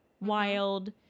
wild